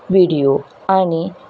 video आनी